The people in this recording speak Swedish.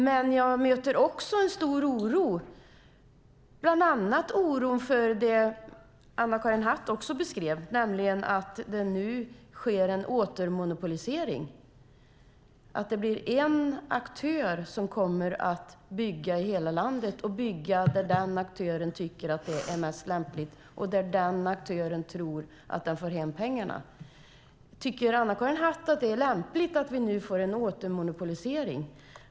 Men jag möter också en stor oro, bland annat oron över det som Anna-Karin Hatt också beskrev, nämligen att det nu sker en återmonopolisering, det vill säga att det blir en aktör som kommer att bygga i hela landet. Och den aktören kommer att bygga där de tycker att det är mest lämpligt och där de tror att de får hem pengarna. Tycker Anna-Karin Hatt att det är lämpligt att vi nu får en återmonopolisering?